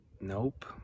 nope